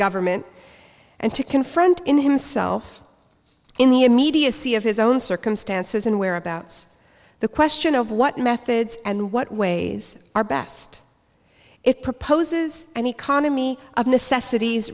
government and to confront in himself in the immediacy of his own circumstances and whereabouts the question of what methods and what ways are best it proposes an economy of necessities